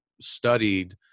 studied